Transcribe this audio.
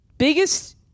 Biggest